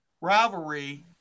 rivalry –